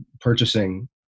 purchasing